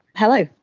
hello,